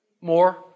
more